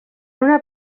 una